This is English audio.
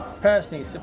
personally